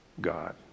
God